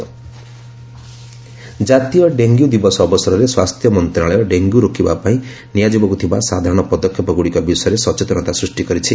national dengue day ଜାତୀୟ dengue ଦିବସ ଅବସରରେ ସ୍ୱାସ୍ଥ୍ୟ ମନ୍ତ୍ରାଳୟ ଡେଙ୍ଗୀକୁ ରୋକିବା ପାଇଁ ନିଆଯିବାକୁ ଥିବା ସାଧାରଣ ପଦକ୍ଷେପ ଗୁଡ଼ିକ ବିଷୟରେ ସଚେତନତା ସୃଷ୍ଟି କରିଛି